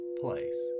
place